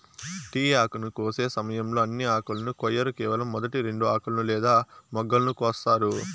tea ఆకును కోసే సమయంలో అన్ని ఆకులను కొయ్యరు కేవలం మొదటి రెండు ఆకులను లేదా మొగ్గలను కోస్తారు